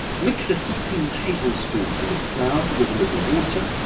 mix a heaping table spoonful of flour with a little water,